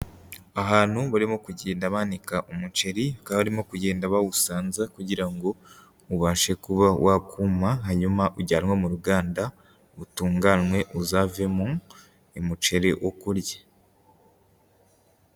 Ahantu barimo kugenda banika umuceri, bakaba barimo kugenda bawusanza kugira ngo ubashe kuba wakuma, hanyuma ujyanwe mu ruganda, utunganwe uzavemo umuceri wo kurya.